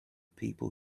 people